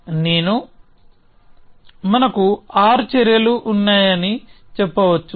నేను మనకు ఆరు చర్యలు ఉన్నాయని చెప్పవచ్చు